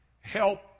help